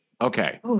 Okay